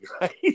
right